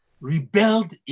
rebelled